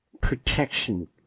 protection